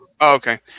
Okay